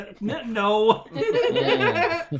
No